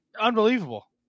unbelievable